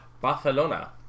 Barcelona